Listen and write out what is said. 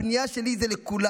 הפנייה שלי היא לכולם.